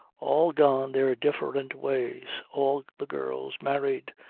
all gone their different ways. all the girls married.